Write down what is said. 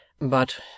But